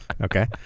Okay